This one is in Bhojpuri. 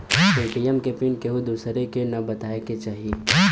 ए.टी.एम के पिन केहू दुसरे के न बताए के चाही